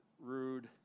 rude